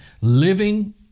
living